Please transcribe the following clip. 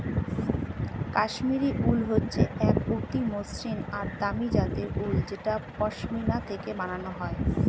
Kashmiri wool হচ্ছে এক অতি মসৃন আর দামি জাতের উল যেটা পশমিনা থেকে বানানো হয়